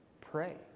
pray